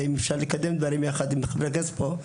ואם אפשר לקדם דברים יחד עם חברי הכנסת פה,